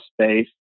space